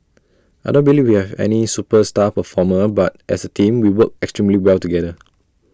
I don't believe we have any superstar performer but as A team we work extremely well together